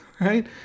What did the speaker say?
Right